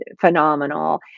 phenomenal